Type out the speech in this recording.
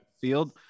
field